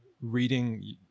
reading